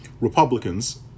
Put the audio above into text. Republicans